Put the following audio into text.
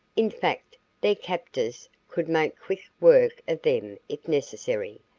in fact their captors could make quick work of them if necessary,